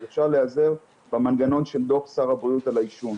אז אפשר להיעזר במנגנון של דוח שר הבריאות על העישון.